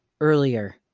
earlier